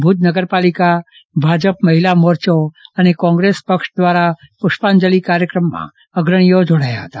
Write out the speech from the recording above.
ભુજ નગરપાલિકા ભાજપ મહિલા મોરચો અને કોંગ્રેસ પક્ષ દ્વારા પુષ્પાંજલી કાર્યક્રમમાં અગ્રણીઓ જોડાયા હતા